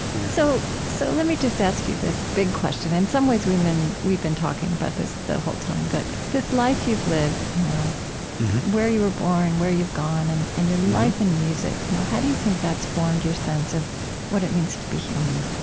so so let me just ask you this big question. in some ways, we've been we've been talking about this the whole time, but this life you've lived, you know where you were born, where you've gone, and and your life in music, you know how do you think that's formed your sense of what it means to be human?